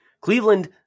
Cleveland